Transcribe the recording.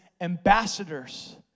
ambassadors